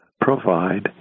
provide